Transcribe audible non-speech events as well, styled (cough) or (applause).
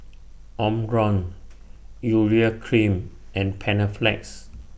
Omron (noise) Urea Cream and Panaflex